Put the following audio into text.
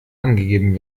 angegeben